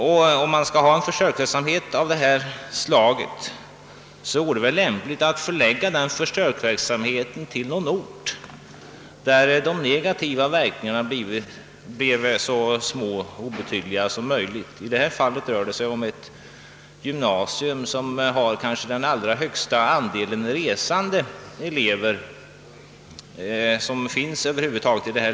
Skall det bedrivas en försöksverksamhet av detta slag, så är det väl lämpligt att förlägga den till någon ort där de negativa verkningarna blir så obetydliga som möjligt. I detta fall rör det sig om ett gymnasium, som kanske har den allra största andelen resande elever i detta land över huvud taget.